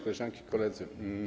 Koleżanki i Koledzy!